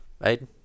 Aiden